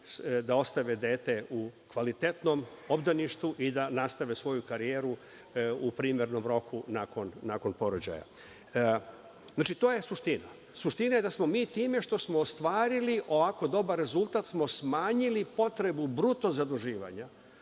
da ostave dete u kvalitetnom obdaništu i da nastave svoju karijeru primernom roku nakon porođaja. Znači, to je suština. Suština je da smo mi time što smo ostvarili ovako dobar rezultat smo smanjili potrebu bruto zaduživanja,